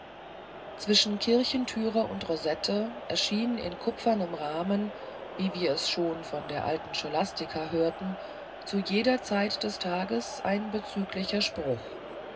zwischen kirchthüre und rosette erschien in kupfernem rahmen wie wir es schon von der alten scholastica hörten zu jeder zeit des tages ein bezüglicher spruch